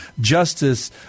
justice